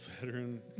veteran